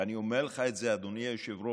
ואני אומר לך את זה, אדוני היושב-ראש,